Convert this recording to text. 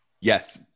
Yes